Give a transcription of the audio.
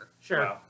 Sure